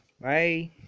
Bye